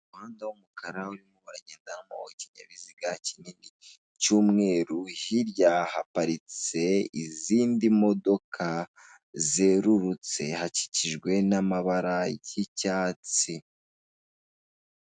Umuhanda w'umukara urimo uragendamo ikinyabiziga kinini cy'umweru. Hirya hapariste izindi modoka zerurutse hakikijwe n'amabara y'icyatsi.